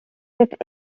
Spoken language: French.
cette